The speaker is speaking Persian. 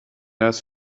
است